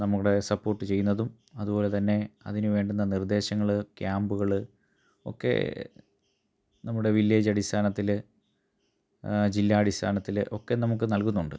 നമ്മളുടെ സപ്പോർട്ട് ചെയ്യുന്നതും അതുപോലെതന്നെ അതിനുവേണ്ടുന്ന നിർദ്ദേശങ്ങള് ക്യാമ്പുകള് ഒക്കെ നമ്മുടെ വില്ലേജ് അടിസ്ഥാനത്തില് ജില്ലാ അടിസ്ഥാനത്തില് ഒക്കെ നമുക്ക് നൽകുന്നുണ്ട്